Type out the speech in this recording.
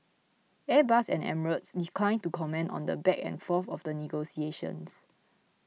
Airbus and Emirates declined to comment on the back and forth of the negotiations